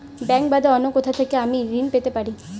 Bank বাদে অন্য কোথা থেকে আমি ঋন পেতে পারি?